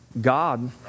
God